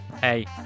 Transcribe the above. hey